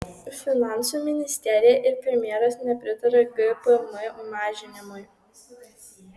finansų ministerija ir premjeras nepritaria gpm mažinimui